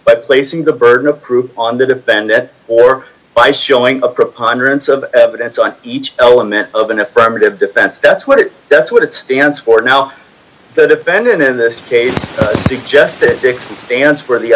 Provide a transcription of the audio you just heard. by placing the burden of proof on the defendant or by showing a preponderance of evidence on each element of an affirmative defense that's what it does what it stands for now the defendant in this case suggested stands for the